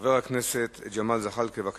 חבר הכנסת ג'מאל זחאלקה, בבקשה,